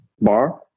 bar